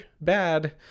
bad